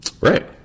Right